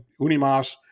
Unimas